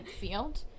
field